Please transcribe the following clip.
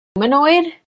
humanoid